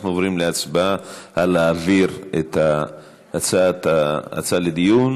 אנחנו עוברים להצבעה על להעביר את ההצעה לדיון,